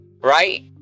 Right